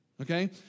Okay